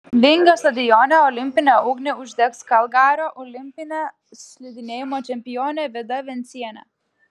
vingio stadione olimpinę ugnį uždegs kalgario olimpinė slidinėjimo čempionė vida vencienė